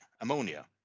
ammonia